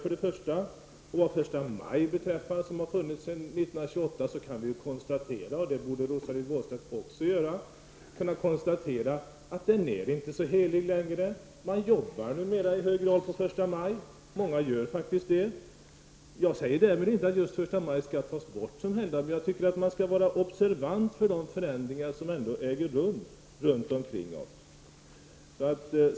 Vad beträffar första maj, som är helgdag alltsedan 1928, kan vi konstatera -- och det borde Rosa-Lill Wåhlstedt också göra -- att den dagen inte är så helig längre. Man jobbar numera i hög grad på första maj -- många gör faktiskt det. Jag säger därmed inte att första maj skall tas bort som helgdag. Men vi måste vara observanta på de förändringar som äger rum runt omkring oss.